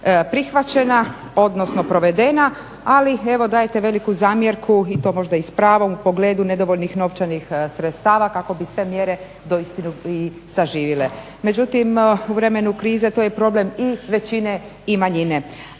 prihvaćena odnosno provedena ali dajete veliku zamjerku i to možda i s pravom u pogledu nedovoljnih novčanih sredstava kako bi sve mjere uistinu i saživjele. Međutim u vremenu krize to je problem i većine i manjine.